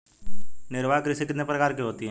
निर्वाह कृषि कितने प्रकार की होती हैं?